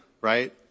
right